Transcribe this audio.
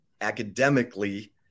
academically